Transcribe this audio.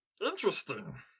interesting